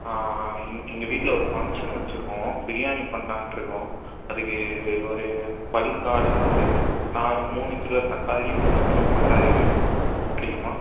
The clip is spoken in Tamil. எங்கள் வீட்டில் ஒரு ஃபங்க்ஷன் வச்சுருக்கோம் பிரியாணி பண்ணலான்ட்டு இருக்கோம் அதுக்கு ஒரு பல்க் ஆட்ரா ஒரு நான் மூணு கிலோ தக்காளி மூணு கிலோ பல்லாரி வேணும் கிடைக்குமா